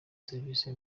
serivisi